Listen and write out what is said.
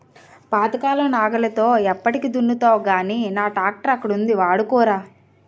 పాతకాలం నాగలితో ఎప్పటికి దున్నుతావ్ గానీ నా ట్రాక్టరక్కడ ఉంది వాడుకోరా